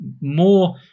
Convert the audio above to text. more